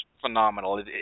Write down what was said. phenomenal